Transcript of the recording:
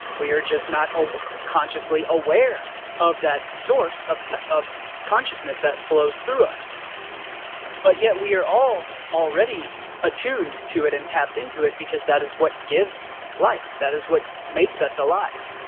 we are just not ah consciously aware of that source of of consciousness that flows through us but yet we are all already attuned to it and tapped into it because that is what gives life. that is what makes us alive.